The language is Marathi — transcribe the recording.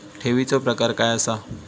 ठेवीचो प्रकार काय असा?